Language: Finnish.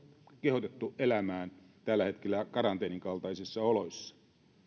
kehotettu elämään tällä hetkellä karanteenin kaltaisissa oloissa